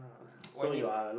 why need